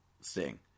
Sting